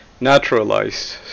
naturalized